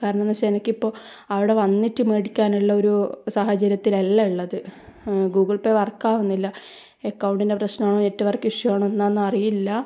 കാരണമെന്ന് വെച്ചാൽ എനിക്കിപ്പോൾ അവിടെ വന്നിട്ട് മേടിക്കാനുള്ള ഒരു സാഹചര്യത്തിലല്ല ഉള്ളത് ഗൂഗിൾ പേ വർക്ക് ആകുന്നില്ല അക്കൗണ്ടിൻ്റെ പ്രശ്നമാണോ നെറ്റ്വർക് ഇഷ്യൂ ആണോന്നന്നറിയില്ല